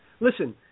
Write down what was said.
Listen